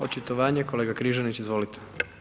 Očitovanje kolega Križanić, izvolite.